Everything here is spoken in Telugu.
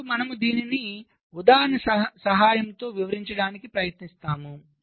ఇప్పుడు మనము దీనిని ఉదాహరణ సహాయంతో వివరించడానికి ప్రయత్నిస్తాము